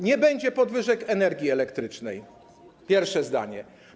Nie będzie podwyżek cen energii elektrycznej - pierwsze zdanie.